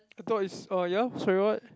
I thought is uh ya sorry what